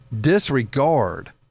disregard